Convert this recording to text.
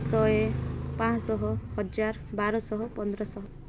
ଶହେ ପାଞ୍ଚଶହ ହଜାର ବାରଶହ ପନ୍ଦରଶହ